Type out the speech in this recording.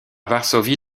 varsovie